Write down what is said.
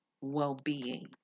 well-being